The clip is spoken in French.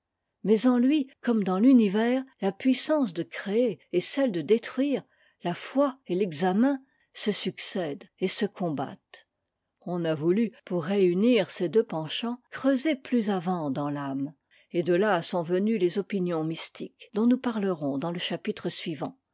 mais en lui comme dans l'univers la puissance de créer et celle de détruire la foi et l'examen se succèdent et se combattent on a voulu pour réunir ces deux penchants creuser plus avant dans l'âme et de là sont venues les opinions mystiques dont nous parlerons dans le chapitre suivant